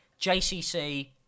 JCC